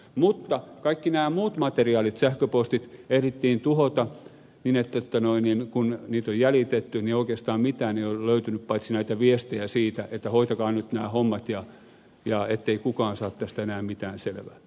mutta kaikki nämä muut materiaalit sähköpostit ehdittiin tuhota niin että kun niitä on jäljitetty niin oikeastaan mitään ei ole löytynyt paitsi näitä viestejä siitä että hoitakaa nyt nämä hommat ettei kukaan saa tästä enää mitään selvää